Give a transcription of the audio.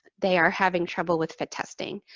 they are having trouble with fit testing.